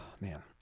Man